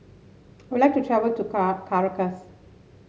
I would like to travel to Car Caracas